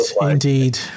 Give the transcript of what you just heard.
Indeed